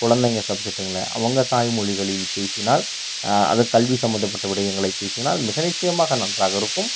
குழந்தைங்க சப்ஜெக்ட்டுங்களை அவங்க தாய்மொழிகளில் பேசினால் அதுவும் கல்வி சம்மந்தப்பட்ட விடயங்களை பேசினால் மிக நிச்சயமாக நன்றாக இருக்கும்